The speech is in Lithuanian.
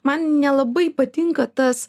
man nelabai patinka tas